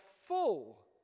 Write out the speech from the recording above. full